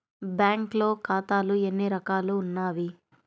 బ్యాంక్లో ఖాతాలు ఎన్ని రకాలు ఉన్నావి?